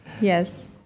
Yes